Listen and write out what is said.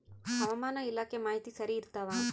ಹವಾಮಾನ ಇಲಾಖೆ ಮಾಹಿತಿ ಸರಿ ಇರ್ತವ?